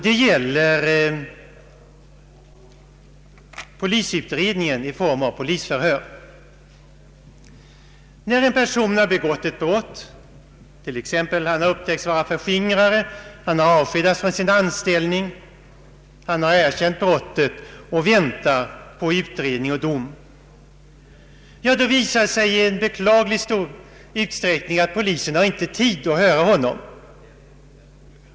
Det gäller utredningen i form av polisförhör. När en person har begått ett brott — han har t.ex. upptäckts vara förskingrare, avskedats från sin anställning, han har erkänt brottet och väntar på utredning och dom — visar det sig i beklagligt stor utsträckning att polisen inte har tid att höra honom.